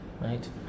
right